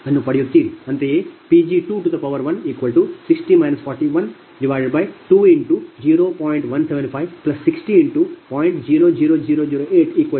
ಅಂತೆಯೇ Pg260 4120